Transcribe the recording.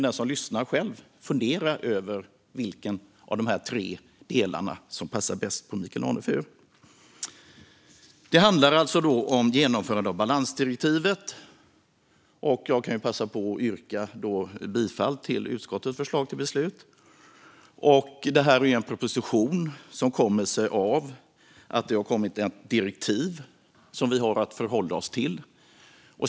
Den som lyssnar kan själv fundera över vilken av de tre som passar bäst in på Michael Anefur. Det handlar alltså om genomförande av balansdirektivet. Jag kan passa på att yrka bifall till utskottets förslag till beslut. Det gäller en proposition som kommer sig av att det har kommit ett direktiv som vi har att förhålla oss till.